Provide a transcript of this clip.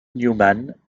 newman